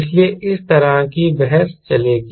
इसलिए इस तरह की बहस चलेगी